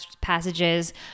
passages